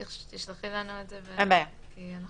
תשלחי לנו את זה, כי אנחנו